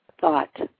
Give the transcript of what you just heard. Thought